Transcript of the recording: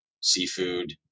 seafood